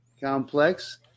Complex